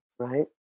Right